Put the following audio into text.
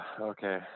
okay